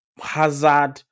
Hazard